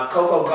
Coco